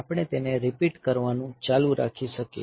આપણે તેને રિપીટ કરવાનું ચાલુ રાખી શકીએ